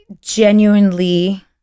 genuinely